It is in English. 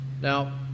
now